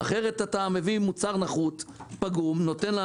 אחרת אתה מביא מוצר פגום, נחות.